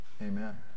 amen